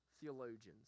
theologians